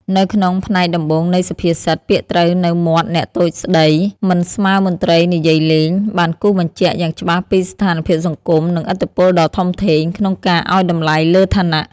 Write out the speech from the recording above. នៅក្នុងផ្នែកដំបូងនៃសុភាសិត "ពាក្យត្រូវនៅមាត់អ្នកតូចស្តី មិនស្មើមន្ត្រីនិយាយលេង" បានគូសបញ្ជាក់យ៉ាងច្បាស់ពីស្ថានភាពសង្គម និងឥទ្ធិពលដ៏ធំធេងក្នុងការអោយតម្លៃលើឋានៈ។